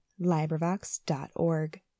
LibriVox.org